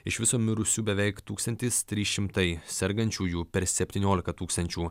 iš viso mirusių beveik tūkstantis trys šimtai sergančiųjų per septyniolika tūkstančių